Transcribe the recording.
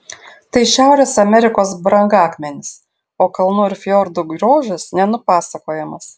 tai šiaurės amerikos brangakmenis o kalnų ir fjordų grožis nenupasakojamas